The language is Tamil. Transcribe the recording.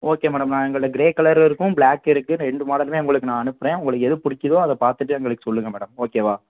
ஓகே மேடம் நான் எங்கள்கிட்ட கிரே கலரும் இருக்கும் பிளாக் இருக்கு ரெண்டு மாடலுமே உங்களுக்கு நான் அனுப்புறேன் உங்களுக்கு எது பிடிக்கிதோ அதைப் பார்த்துட்டு எங்களுக்குச் சொல்லுங்கள் மேடம் ஓகேவா